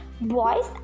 boys